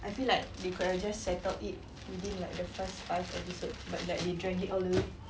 I feel like they could have just settled it within like the first five episodes but they drag it all the way